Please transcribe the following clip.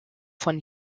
von